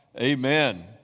Amen